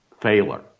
failure